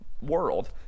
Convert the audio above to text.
world